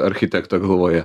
architektą galvoje